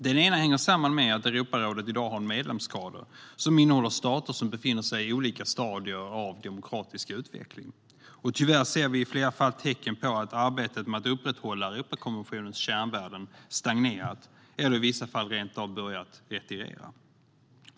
Det ena hänger samman med att Europarådet i dag har en medlemskader som innehåller stater som befinner sig i olika stadier av demokratisk utveckling. Tyvärr ser vi i flera fall tecken på att arbetet med att upprätthålla Europakonventionens kärnvärden stagnerat eller i vissa fall rent av börjat retirera.